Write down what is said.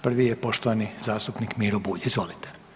Prvi je poštovani zastupnik Miro Bulj, izvolite.